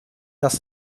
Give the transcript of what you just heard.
dass